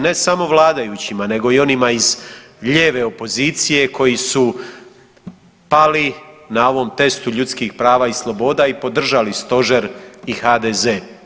Ne samo vladajućima nego i onima iz lijeve opozicije koji su pali na ovom testu ljudskih prava i sloboda i podržali stožer i HDZ.